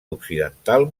occidental